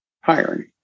hiring